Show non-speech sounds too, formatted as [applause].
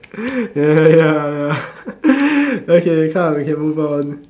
[breath] ya ya ya [laughs] okay come we can move on